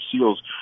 Seals